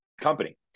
company